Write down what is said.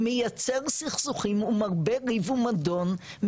מייצר סכסוכים ומרבה ריב ומדון,